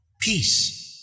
Peace